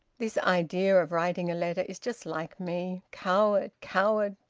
this idea of writing a letter is just like me! coward! coward!